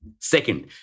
Second